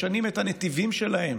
משנים את הנתיבים שלהם